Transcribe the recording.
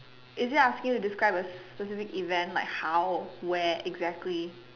is it ask you to describe a specific event like how where exactly